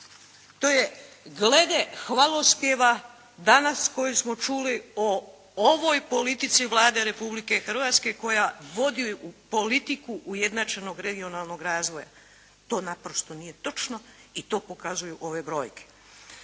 To je glede hvalospjeva danas kojeg smo čuli o ovoj politici Vlade Republike Hrvatske koja vodi u politiku ujednačenog regionalnog razvoja. To naprosto nije točno i to pokazuju ove brojke.